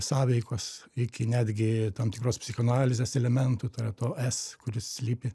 sąveikos iki netgi tam tikros psichoanalizės elementų tai yra to es kuri slypi